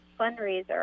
fundraiser